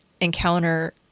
encounter